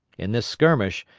in this skirmish,